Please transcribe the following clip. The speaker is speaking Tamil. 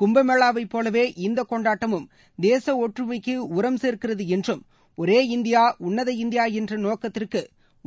கும்பமேளாவை போலவே இந்த கொண்டாட்டமும் தேச ஒற்றுமைக்கு உரம் சேர்க்கிறது என்றும் ஒரே இந்தியா உன்னத இந்தியா என்ற நோக்கத்திற்கு